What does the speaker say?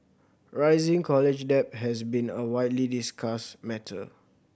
rising college debt has been a widely discussed matter